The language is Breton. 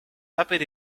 tapet